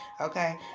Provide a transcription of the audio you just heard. Okay